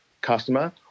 customer